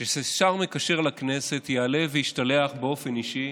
ששר מקשר לכנסת יעלה וישתלח באופן אישי